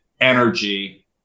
energy